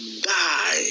die